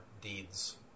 deeds